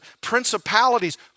principalities